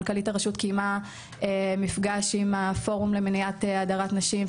מנכ"לית הרשות קיימה מפגש עם הפורום למניעת הדרת נשים,